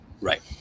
right